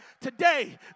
Today